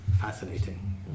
fascinating